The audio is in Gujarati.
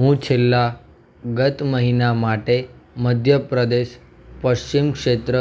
હું છેલ્લા ગત મહિના માટે મધ્ય પ્રદેશ પશ્ચિમ ક્ષેત્ર